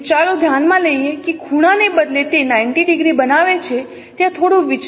તેથી ચાલો ધ્યાનમાં લઈએ કે ખૂણાને બદલે તે 90 ડિગ્રી બનાવે છે ત્યાં થોડું વિચલન છે